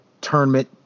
Tournament